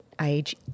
age